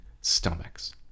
stomachs